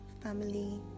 family